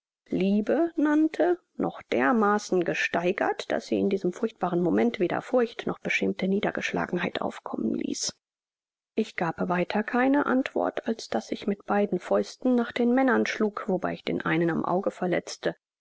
liebe nannte noch dermaßen gesteigert daß sie in diesem furchtbaren moment weder furcht noch beschämte niedergeschlagenheit aufkommen ließ ich gab weiter keine antwort als daß ich mit beiden fäusten nach den männern schlug wobei ich den einen am auge verletzte